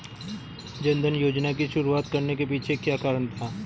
जन धन योजना की शुरुआत करने के पीछे क्या कारण था?